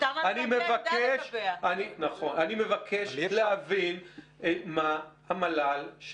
אני מבקש להבין מה המל"ל,